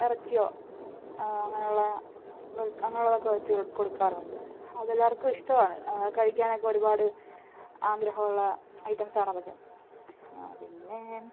ഇറച്ചിയോ അങ്ങനെയുള്ള അങ്ങനെയുള്ളതൊക്കെ വെച്ച് കൊടുക്കാറുണ്ട് അത് എല്ലാവർക്കും ഇഷ്ടമാണ് കഴിക്കാനൊക്കെ ഒരുപാട് ആഗ്രഹമുള്ള ഐറ്റംസ് ആണ് അതൊക്കെ പിന്നെ ഞാൻ